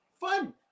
Fun